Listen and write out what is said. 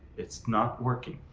it's not working.